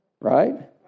Right